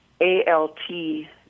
A-L-T